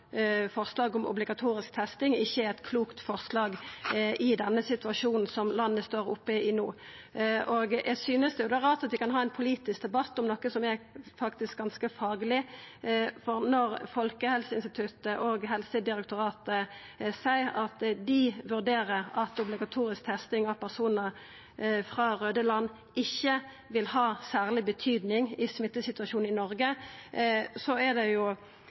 forslag i den situasjonen landet står oppe i no. Eg synest det er rart at vi kan ha ein politisk debatt om noko som faktisk er ganske fagleg, for når Folkehelseinstituttet og Helsedirektoratet seier at dei vurderer at obligatorisk testing av personar frå raude land ikkje vil ha særleg betydning for smittesituasjonen i Noreg, er det